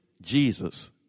Jesus